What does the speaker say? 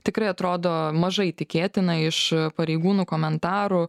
tikrai atrodo mažai tikėtina iš pareigūnų komentarų